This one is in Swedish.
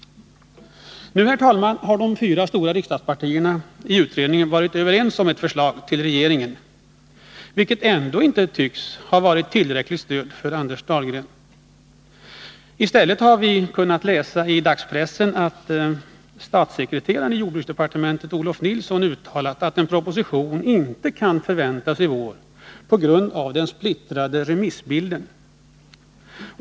Nu har, herr talman, de fyra stora riksdagspartierna i utredningen kommit överens om ett förslag till regeringen, vilket ändå inte tycks ha varit tillräckligt stöd för Anders Dahlgren. I stället har vi i dagspressen kunnat läsa att statssekreteraren i jordbruksdepartementet, Olof Nilsson, uttalat att en proposition inte kan förväntas i vår på grund av den splittrade remissbilden.